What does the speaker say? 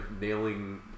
nailing